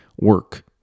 work